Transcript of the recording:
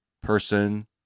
person